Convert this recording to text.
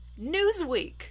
Newsweek